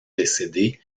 décédée